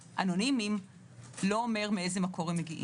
אנונימיים - לא אומר מאיזה מקור הם מגיעים.